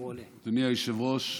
אדוני היושב-ראש,